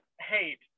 hate